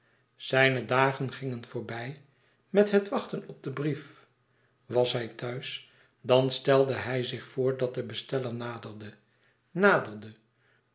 zijne dagen gingen voorbij met het wachten op dien brief was hij thuis dan stelde hij zich voor dat de besteller naderde naderde